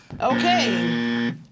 okay